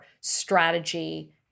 strategy